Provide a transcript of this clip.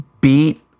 beat